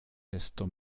desto